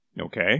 okay